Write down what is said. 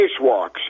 spacewalks